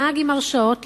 נהג עם הרשעות,